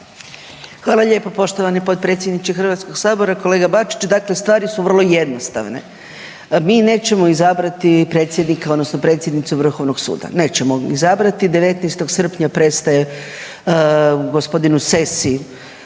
Hvala lijepa poštovani potpredsjedniče Hrvatskog sabora. Kolega Bačić, dakle stvari su vrlo jednostavne, mi nećemo izabrati predsjednika odnosno predsjednicu Vrhovnog suda, nećemo izabrati, 19. srpnja prestaje gospodinu Sessi